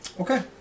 Okay